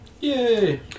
Yay